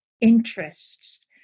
interests